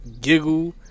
giggle